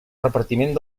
repartiment